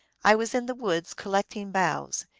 i was in the woods collecting boughs,